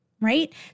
right